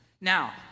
Now